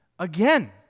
again